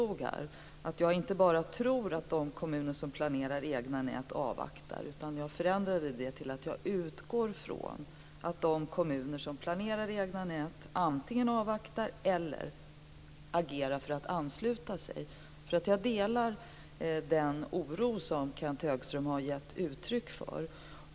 Jag ändrade att jag inte bara tror att de kommuner som planerar egna nät avvaktar till att jag utgår från att de kommuner som planerar egna nät antingen avvaktar eller agerar för att ansluta sig. Jag delar nämligen den oro som Kenth Högström har gett uttryck för.